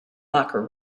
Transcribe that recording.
locker